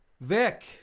Vic